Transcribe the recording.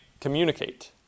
communicate